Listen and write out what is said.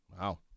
Wow